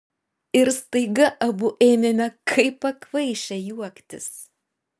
ir staiga abu ėmėme kaip pakvaišę juoktis